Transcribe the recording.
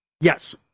Yes